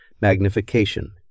magnification